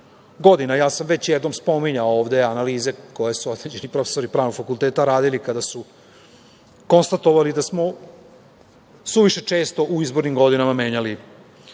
godina. Ja sam već jednom spominjao analize koje su određeni profesori pravnog fakulteta radili kada su konstatovali da smo suviše često u izbornim godinama menjali